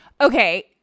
Okay